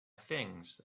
things